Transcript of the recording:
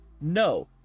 no